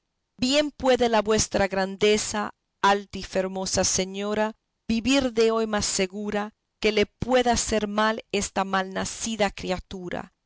bien puede la vuestra grandeza alta y famosa señora vivir de hoy más segura que le pueda hacer mal esta mal nacida criatura